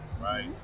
right